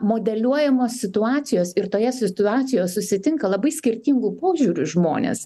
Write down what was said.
modeliuojamos situacijos ir toje situacijoj susitinka labai skirtingų požiūrių žmonės